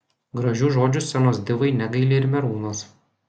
gražių žodžių scenos divai negaili ir merūnas